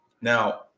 Now